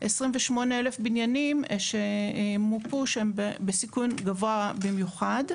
28,000 בניינים שמופו שהם בסיכון גבוה במיוחד.